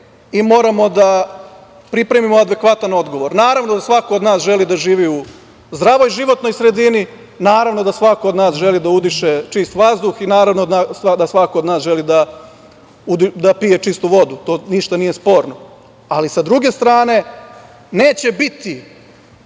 i moramo da pripremimo adekvatan odgovor. Naravno da svako od nas želi da živi u zdravoj životnoj sredini, naravno da svako od nas želi da udiše čist vazduh i naravno da svako od nas želi da pije čistu vodu. To ništa nije sporno, ali, s druge strane, neće biti